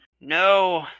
no